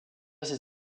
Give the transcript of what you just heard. ses